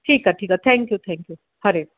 ठीकु आहे ठीकु आहे thank you thank you Hariom